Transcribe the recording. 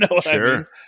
sure